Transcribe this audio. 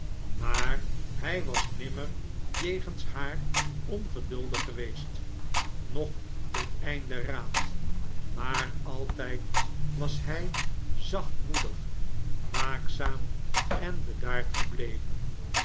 maar hy was nimmer jegens haar ongeduldig geweest noch ten einde raad maar altijd was hij zachtmoedig waakzaam en bedaard gebleven